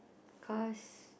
cause